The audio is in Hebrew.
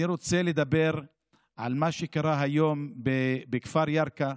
אני רוצה לדבר על מה שקרה היום בכפר ירכא.